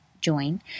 join